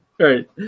Right